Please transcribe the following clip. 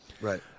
Right